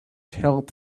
help